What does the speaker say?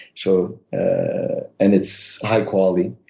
so and it's high quality.